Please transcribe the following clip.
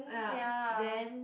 ya then